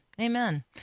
Amen